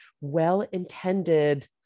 well-intended